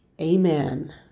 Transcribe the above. Amen